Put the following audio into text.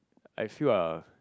I feel are